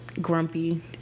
Grumpy